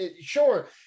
sure